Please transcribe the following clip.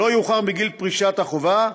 ולא יאוחר מגיל פרישת החובה,